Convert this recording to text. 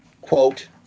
quote